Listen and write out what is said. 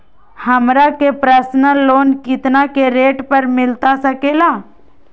हमरा के personal loan कितना के रेट पर मिलता सके ला?